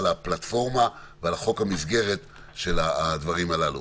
על הפלטפורמה ועל חוק המסגרת של הדברים הללו.